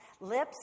lips